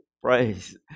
phrase